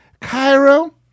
Cairo